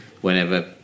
whenever